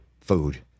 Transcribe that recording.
food